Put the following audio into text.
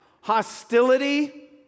hostility